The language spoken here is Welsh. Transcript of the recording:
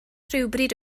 rhywbryd